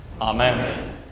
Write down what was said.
Amen